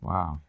Wow